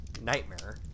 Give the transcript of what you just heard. nightmare